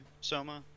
Soma